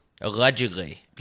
allegedly